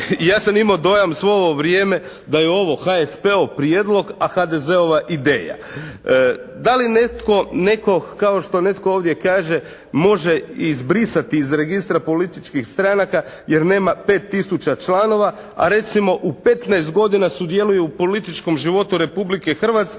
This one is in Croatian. Ja sam imao dojam svo ovo vrijeme da je ovo HSP-ov prijedlog a HDZ-ova ideja. Da li netko nekog kao što netko ovdje kaže može izbrisati iz registra političkih stranaka jer nema 5 tisuća članova, a recimo u 15 godina sudjeluje u političkom životu Republike Hrvatske